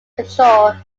control